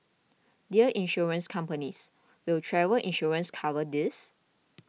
dear Insurance companies will travel insurance cover this